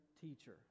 teacher